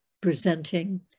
presenting